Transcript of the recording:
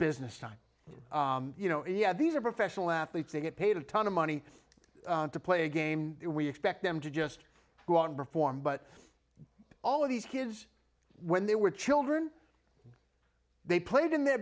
business time you know yeah these are professional athletes they get paid a ton of money to play a game we expect them to just go out and perform but all of these kids when they were children they played in their